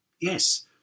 Yes